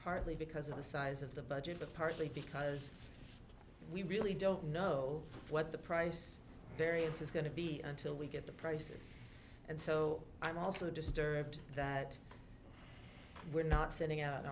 partly because of the size of the budget but partly because we really don't know what the price variance is going to be until we get the prices and so i'm also disturbed that we're not sending out an